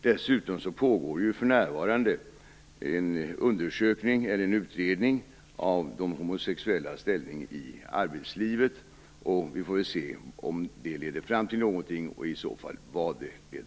Dessutom pågår för närvarande en utredning av de homosexuellas ställning i arbetslivet. Vi får väl se om den leder fram till någonting och i så fall vad.